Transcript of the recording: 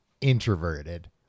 introverted